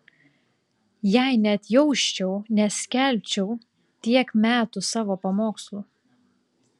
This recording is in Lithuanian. jei neatjausčiau neskelbčiau tiek metų savo pamokslų